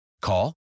Call